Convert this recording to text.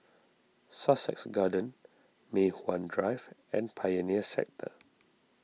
Sussex Garden Mei Hwan Drive and Pioneer Sector